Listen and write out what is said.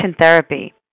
therapy